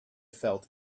felt